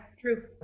true